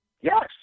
Yes